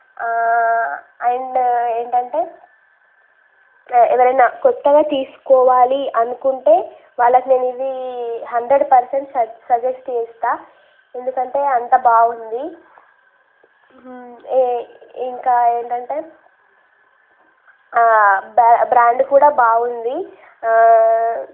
and ఏంటంటే ఎవరైనా కొత్తగా తీసుకోవాలి అనుకుంటే వాళ్ళకు నేను ఇది హండ్రెడ్ పర్సెంట్ సజెస్ట్ చేస్తా ఎందుకంటే అంత బాగుంది ఇంకా ఏంటంటే బ్రాండ్ కూడా బాగుంది